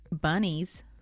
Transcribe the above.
Bunnies